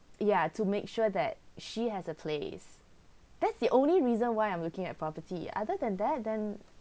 ya to make sure that she has a place that's the only reason why I'm looking at property other than that then